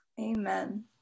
Amen